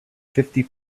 fifty